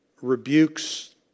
rebukes